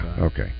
okay